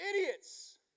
idiots